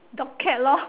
dog cat lor